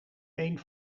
één